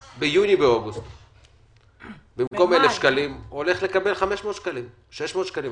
ביולי-אוגוסט הוא הולך לקבל 500 שקלים במקום 1,000 שקלים.